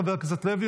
חבר הכנסת לוי,